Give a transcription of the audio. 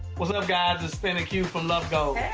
what's up, guys? it's spin and q from love goals.